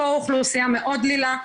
פה האוכלוסייה מאוד דלילה,